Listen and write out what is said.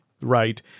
right